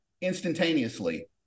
instantaneously